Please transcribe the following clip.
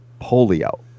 polio